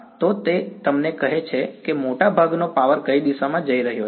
તો તે તમને કહે છે કે મોટાભાગનો પાવર કઈ દિશામાં જઈ રહયો છે